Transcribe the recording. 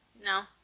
No